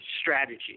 strategy